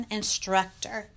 Instructor